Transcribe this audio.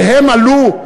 והם עלו,